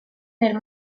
nel